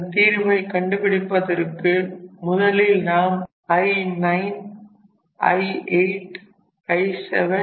இதன் தீர்வை கண்டுபிடிப்பதற்கு முதலில் நாம் I9 I8 I7